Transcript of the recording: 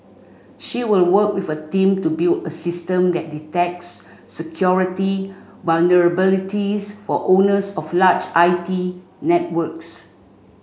she will work with a team to build a system that detects security vulnerabilities for owners of large I T networks